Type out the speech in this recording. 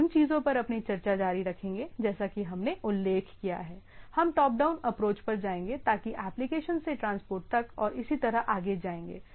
हम उन चीजों पर अपनी चर्चा जारी रखेंगे जैसा कि हमने उल्लेख किया है हम टॉप डाउन अप्रोच पर जाएंगे ताकि एप्लीकेशन से ट्रांसपोर्ट तक और इसी तरह आगे जाएंगे